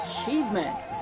achievement